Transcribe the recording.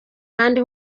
ahandi